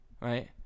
right